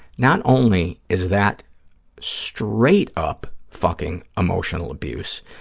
not only is that straight-up fucking emotional abuse.